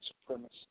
supremacy